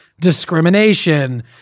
discrimination